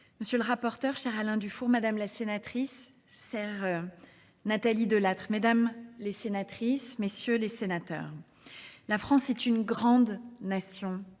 Monsieur le Rapporteur, cher Alain Dufour, Madame la Sénatrice, chère Nathalie Delattre, Mesdames les Sénatrices, Messieurs les Sénateurs, La France est une grande nation